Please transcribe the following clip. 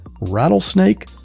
rattlesnake